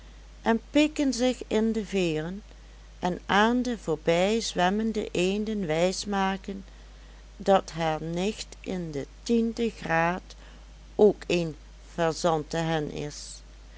en pikken zich in de veeren en aan de voorbij zwemmende eenden wijsmaken dat haar nicht in den tienden graad ook een fazantehen is